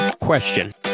question